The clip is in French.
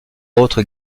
autre